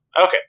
Okay